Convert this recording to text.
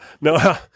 No